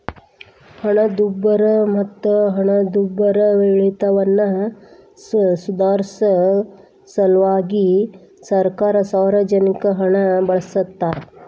ಹಣದುಬ್ಬರ ಮತ್ತ ಹಣದುಬ್ಬರವಿಳಿತವನ್ನ ಸುಧಾರ್ಸ ಸಲ್ವಾಗಿ ಸರ್ಕಾರ ಸಾರ್ವಜನಿಕರ ಹಣನ ಬಳಸ್ತಾದ